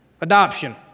Adoption